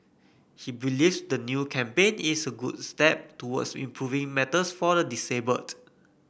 he believes the new campaign is a good step towards improving matters for the disabled